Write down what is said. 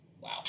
Wow